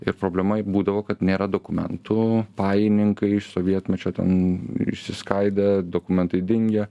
ir problema būdavo kad nėra dokumentų pajininkai iš sovietmečio ten išsiskaidę dokumentai dingę